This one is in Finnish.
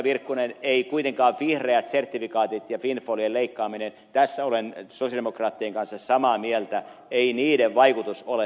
virkkunen ei kuitenkaan vihreiden sertifikaattien ja windfallien leikkaamisen tässä olen sosialidemokraattien kanssa samaa mieltä vaikutus ole sama